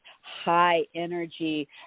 high-energy